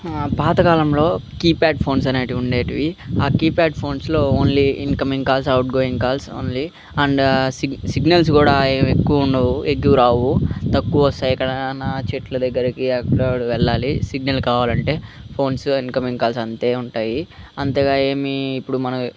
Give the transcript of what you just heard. పాతకాలంలో keypad phones అనేటివి ఉండేటివి ఆ కీప్యాడ్ ఫోన్స్లో only incoming calls outgoing calls only and signals కూడా ఏం ఎక్కువుండవు ఎక్కువ రావు తక్కువస్తాయి ఎక్కడన్నా చెట్లు దగ్గరికి అక్కడా వెళ్ళాలి సిగ్నల్ కావాలంటే ఫోన్స్ ఇన్కమింగ్ కాల్స్ అంతే ఉంటాయి అంతగా ఏమీ ఇప్పుడు మన